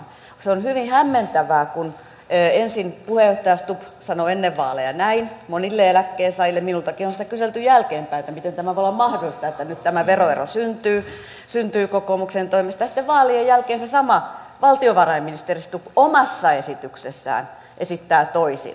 se on hyvin hämmentävää kun ensin puheenjohtaja stubb sanoo ennen vaaleja näin monille eläkkeensaajille minultakin on sitä kyselty jälkeenpäin miten tämä voi olla mahdollista että nyt tämä veroero syntyy kokoomuksen toimesta ja sitten vaalien jälkeen se sama stubb valtiovarainministeri stubb omassa esityksessään esittää toisin